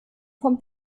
vom